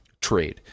trade